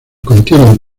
contienen